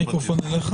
בבקשה.